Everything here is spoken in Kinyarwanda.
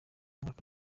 mwaka